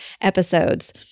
episodes